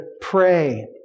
pray